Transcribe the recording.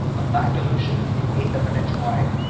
of noctiluca an eighth of an inch wide,